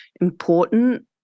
important